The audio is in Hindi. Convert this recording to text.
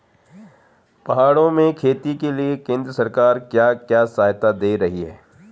पहाड़ों में खेती के लिए केंद्र सरकार क्या क्या सहायता दें रही है?